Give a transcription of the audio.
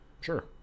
Sure